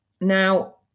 Now